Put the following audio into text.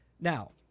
Now